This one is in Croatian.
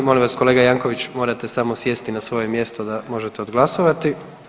Molim vas kolega Janković morate samo sjesti na svoje mjesto da možete odglasovati.